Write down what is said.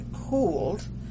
cooled